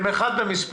והם אחד במספר,